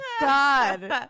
god